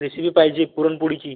recipe पायजे पुरनपोडीची